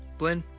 blynn,